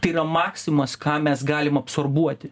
tai yra maksimumas ką mes galim absorbuoti